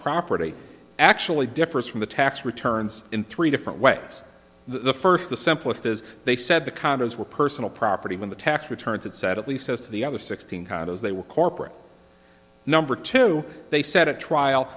property actually differs from the tax returns in three different ways the first the simplest is they said the condos were personal property when the tax returns it said at least as to the other sixteen condos they were corporate number two they set a trial